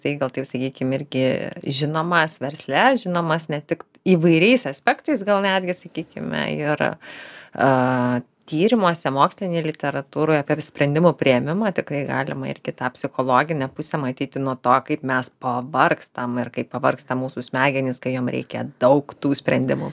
tai gal taip sakykim irgi žinomas versle žinomas ne tik įvairiais aspektais gal netgi sakykime ir aaa tyrimuose mokslinėj literatūroj apie sprendimų priėmimą tikrai galima ir kitą psichologinę pusę matyti nuo to kaip mes pavargstam ir kaip pavargsta mūsų smegenys kai jom reikia daug tų sprendimų